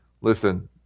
listen